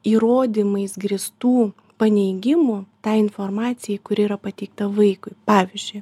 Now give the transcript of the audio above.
įrodymais grįstų paneigimų tai informacijai kuri yra pateikta vaikui pavyzdžiui